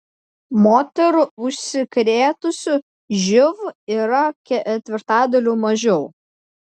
moterų užsikrėtusių živ yra ketvirtadaliu mažiau